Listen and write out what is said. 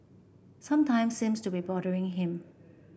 sometime seems to be bothering him